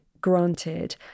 granted